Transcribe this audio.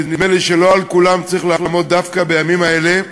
שנדמה לי שלא על כולם צריך לעמוד דווקא בימים האלה,